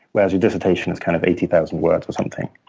whereas your dissertation is kind of eighty thousand words or something.